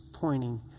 pointing